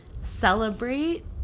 celebrate